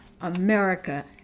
America